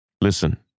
Listen